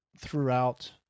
throughout